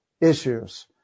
issues